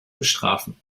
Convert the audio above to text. bestrafen